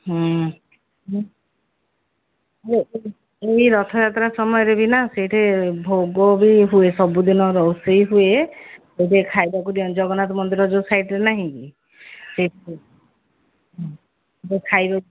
ହୁଁ ମୁଁ ଏଇ ରଥଯାତ୍ରା ସମୟରେ ବିନା ସେଇଠି ଭୋଗ ବି ହୁଏ ସବୁ ଦିନ ରୋଷେଇ ହୁଏ ଖାଇବାକୁ ଦିଅନ୍ତି ଜଗନ୍ନାଥ ମନ୍ଦିର ଯୋଉ ସାଇଟ୍ରେ ନାହିଁ ସେଠି ଖାଇବା